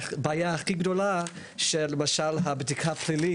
הבעיה הכי גדולה היא שלמשל בדיקה פלילית